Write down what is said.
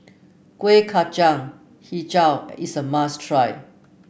Kueh Kacang hijau is a must try